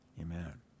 amen